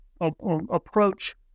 approach